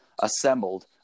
assembled